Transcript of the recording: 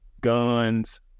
guns